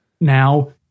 now